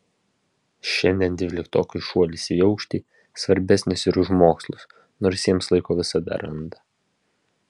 šiandien dvyliktokui šuolis į aukštį svarbesnis ir už mokslus nors jiems laiko visada randa